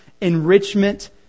enrichment